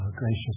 gracious